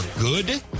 good